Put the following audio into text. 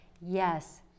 yes